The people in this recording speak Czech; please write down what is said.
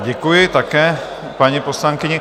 Děkuji také paní poslankyni.